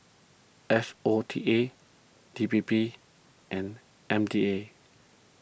S O T A D P P and M D A